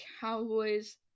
Cowboys